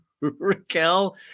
Raquel